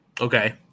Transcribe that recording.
Okay